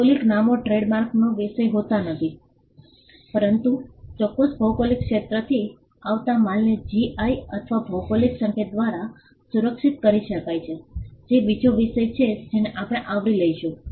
ભૌગોલિક નામો ટ્રેડમાર્કનો વિષય હોતા નથી પરંતુ ચોક્કસ ભૌગોલિક ક્ષેત્રથી આવતા માલને જીઆઈ અથવા ભૌગોલિક સંકેત દ્વારા સુરક્ષિત કરી શકાય છે જે બીજો વિષય છે જેને આપણે આવરી લઈશું